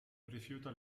rifiuta